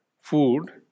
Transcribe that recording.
food